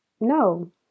No